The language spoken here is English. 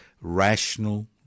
rational